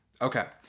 Okay